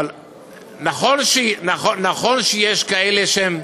נכון שיש כאלה שהם,